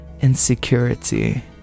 insecurity